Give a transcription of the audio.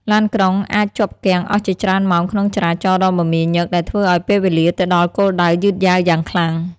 ឡានក្រុងអាចជាប់គាំងអស់ជាច្រើនម៉ោងក្នុងចរាចរណ៍ដ៏មមាញឹក ដែលធ្វើឱ្យពេលវេលាទៅដល់គោលដៅយឺតយ៉ាវយ៉ាងខ្លាំង។